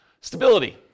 Stability